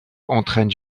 entraîne